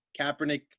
Kaepernick